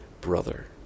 brother